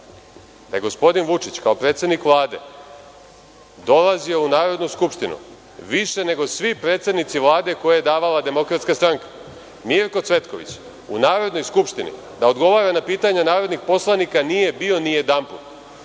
je gospodin Vučić kao predsednik Vlade, dolazio u Narodnu skupštinu više nego svi predsednici Vlade koje je davala DS. Mirko Cvetković, u Narodnoj skupštini da odgovara na pitanja narodnih poslanika nije bio ni jedanput,